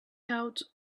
out